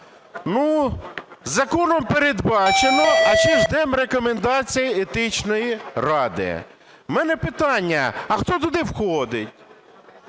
Ну, законом передбачено. А ще ждемо рекомендації Етичної ради. У мене питання: а хто туди входить,